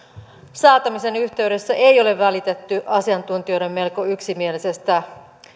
säätämisen yhteydessä ei ole välitetty asiantuntijoiden melko yksimielisestä